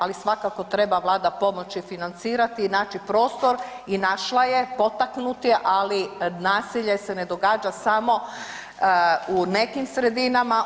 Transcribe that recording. Ali svakako treba Vlada pomoći financirati i naći prostor i našla je, potaknuti ali nasilje se ne događa samo u nekim sredinama.